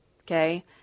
okay